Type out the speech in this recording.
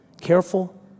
careful